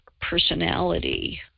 personality